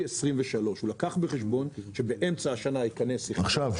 2023. הוא לקח בחשבון שבאמצע השנה ייכנס --- עכשיו,